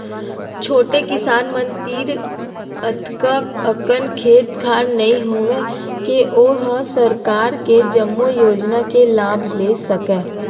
छोटे किसान मन तीर अतका अकन खेत खार नइ होवय के ओ ह सरकार के जम्मो योजना के लाभ ले सकय